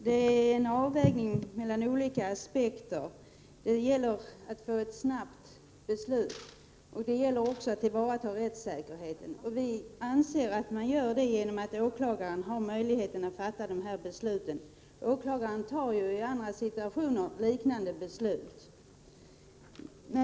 Herr talman! Det blir fråga om en avvägning mellan olika aspekter. Det gäller att få ett snabbt beslut, och det gäller också att tillvarata rättssäkerheten. För vår del anser vi att vi uppnår detta genom att åklagaren har möjlighet att fatta besluten. Åklagaren fattar ju i andra situationer liknande beslut.